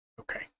Okay